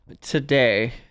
today